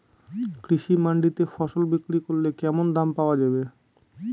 কৃষি মান্ডিতে ফসল বিক্রি করলে কেমন দাম পাওয়া যাবে?